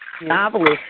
novelist